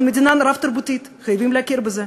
אנחנו מדינה רב-תרבותית, חייבים להכיר בזה.